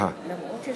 רוברט,